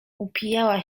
upijała